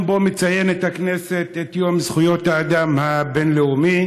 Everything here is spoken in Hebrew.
ביום שבו מציינת הכנסת את יום זכויות האדם הבין-לאומי